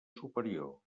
superior